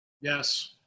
Yes